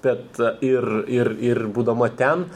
bet ir ir ir būdama ten